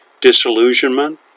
disillusionment